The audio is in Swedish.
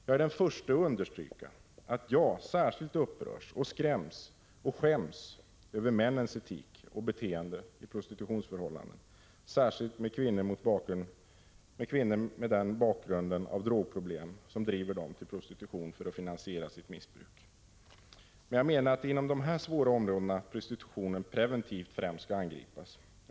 Jag är den förste att understryka att jag särskilt upprörs, skräms och skäms över männens etik och beteende i prostitutionsförhållanden, särskilt med kvinnor med bakgrund av de drogproblem som driver dem till prostitution för att finansiera sitt missbruk. Jag menar att det är inom dessa svåra områden prostitutionen preventivt främst skall angripas.